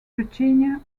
virginia